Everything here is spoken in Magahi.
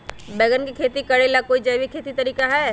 बैंगन के खेती भी करे ला का कोई जैविक तरीका है?